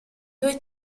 due